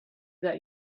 that